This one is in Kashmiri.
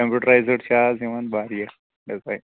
کمپیٛوٗٹرٛایِزٕڈ چھِ اَز یِوان واریاہ ڈِزایِن